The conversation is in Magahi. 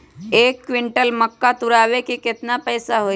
एक क्विंटल मक्का तुरावे के केतना पैसा होई?